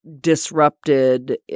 disrupted